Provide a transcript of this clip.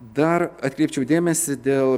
dar atkreipčiau dėmesį dėl